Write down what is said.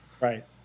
Right